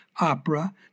opera